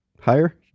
higher